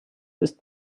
ist